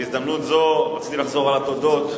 בהזדמנות זו רציתי לחזור על התודות,